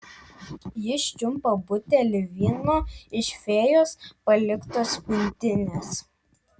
jis čiumpa butelį vyno iš fėjos paliktos pintinės